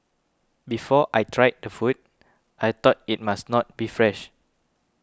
before I tried the food I thought it must not be fresh